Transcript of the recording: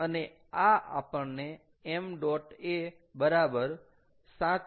અને આ આપણને 𝑚̇ a બરાબર 7